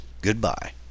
goodbye